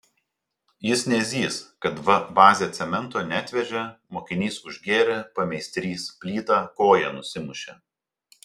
jis nezys kad va bazė cemento neatvežė mokinys užgėrė pameistrys plyta koją nusimušė